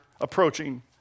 approaching